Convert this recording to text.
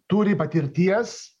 turi patirties